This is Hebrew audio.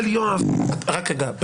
יואב, אני